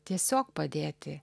tiesiog padėti